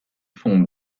font